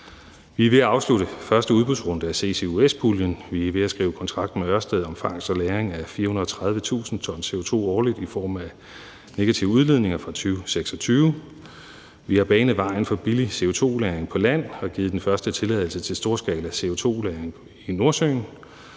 Vi er ved at afslutte første udbudsrunde, og det vil sige ccus-puljen. Vi er ved at skrive kontrakt med Ørsted om fangst og lagring af 430.000 t CO2 årligt i form af negativ udledning fra 2026. Vi har banet vejen for billig CO2-lagring på land og givet den første tilladelse til storskala CO2-lagring i Nordsøen.